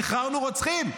שחררנו רוצחים.